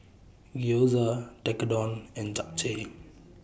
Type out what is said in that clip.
Gyoza Tekkadon and Japchae